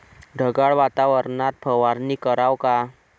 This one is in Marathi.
ढगाळ वातावरनात फवारनी कराव का?